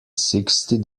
sixty